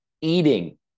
eating